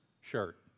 shirt